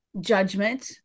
judgment